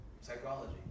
psychology